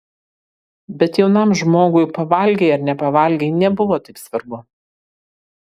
bet jaunam žmogui pavalgei ar nepavalgei nebuvo taip svarbu